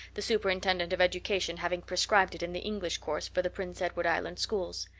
the superintendent of education having prescribed it in the english course for the prince edward island schools.